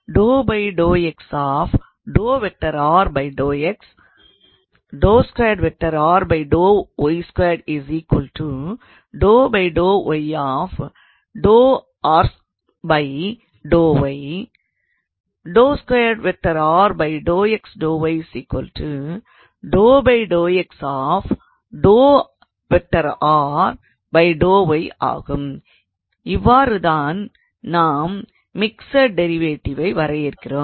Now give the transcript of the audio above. இவ்வாறு தான் நாம் மிக்ஸ்டு டிரைவேட்டிவ் வரையறுக்கிறோம்